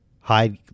hide